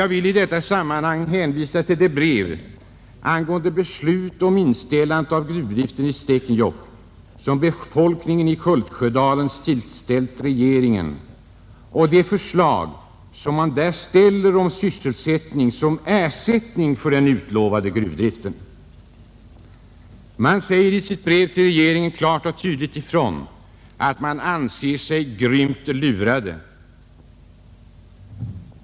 Jag vill i detta sammanhang hänvisa till det brev angående beslutet om inställande av gruvdriften i Stekenjokk, som befolkningen i Kultsjödalen tillställde regeringen, och de förslag som där framläggs om sysselsättning som ersättning för den utlovade gruvdriften. I brevet till regeringen sägs klart och tydligt ifrån, att befolkningen anser sig grymt lurad.